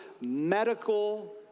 medical